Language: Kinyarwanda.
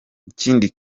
ikindi